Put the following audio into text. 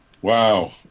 Wow